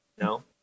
no